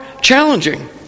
challenging